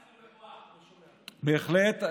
בהחלט.